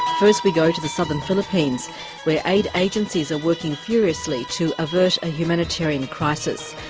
first we go to the southern philippines where aid agencies are working furiously to avert a humanitarian crisis.